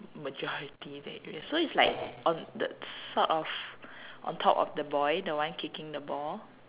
majority that so is like on the sort of on top of the boy the one kicking the ball